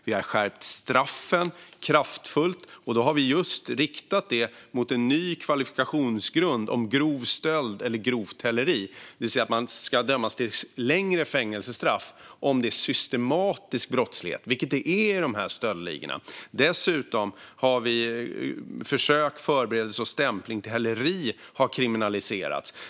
Vi har skärpt straffen kraftfullt, och då har vi just riktat det mot en ny kvalifikationsgrund om grov stöld eller grovt häleri, det vill säga man ska dömas till längre fängelsestraff om det är systematisk brottslighet, vilket det är i de här stöldligorna. Dessutom har försök, förberedelse och stämpling till häleri kriminaliserats.